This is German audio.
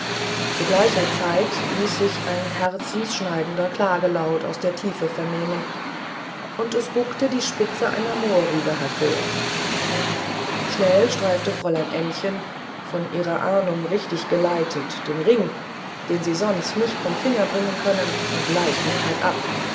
zu gleicher zeit ließ sich ein herzzerschneidender klagelaut aus der tiefe vernehmen und es guckte die spitze einer mohrrübe hervor schnell streifte fräulein ännchen von ihrer ahnung richtig geleitet den ring den sie sonst nicht vom finger bringen können mit leichtigkeit ab